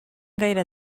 gaire